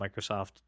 Microsoft